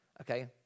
Okay